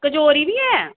अं कचौरी निं ऐ